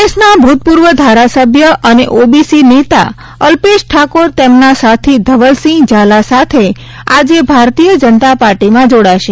કોંગ્રેસના ભૂતપૂર્વ ધારાસભ્ય અને ઓબીસી નેતા અલ્પેશ ઠાકોર તેમના સાથી ધવલસિંહ ઝાલા સાથે આજે ભારતીય જનતા પાર્ટીમાં જોડાશે